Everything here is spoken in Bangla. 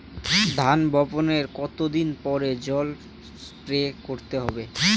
ধান বপনের কতদিন পরে জল স্প্রে করতে হবে?